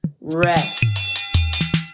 Rest